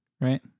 Right